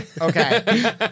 Okay